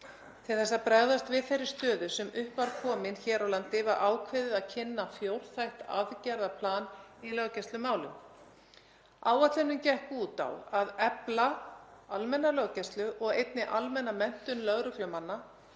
Til að bregðast við þeirri stöðu sem upp var komin hér á landi var ákveðið að kynna fjórþætt aðgerðaplan í löggæslumálum. Áætlunin gekk út á að efla almenna löggæslu og einnig almenna menntun lögreglumanna.